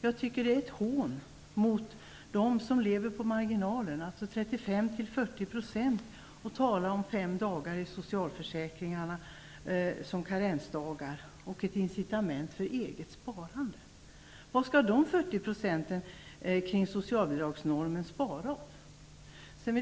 Jag tycker att det är ett hån mot dem som lever på marginalen - alltså 35-40 % av de svenska hushållen - att tala om fem karensdagar i socialförsäkringarna som ett incitament för eget sparande. Vad skall de 40 procenten som lever kring socialbidragsnormen spara av? Jag